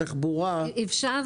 בבקשה,